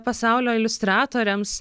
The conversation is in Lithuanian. pasaulio iliustratoriams